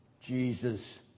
Jesus